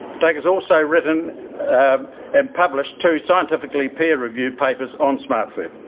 doug has also written and published two scientific, like peer reviewed papers on smartfert.